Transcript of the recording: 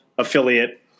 affiliate